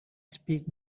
speak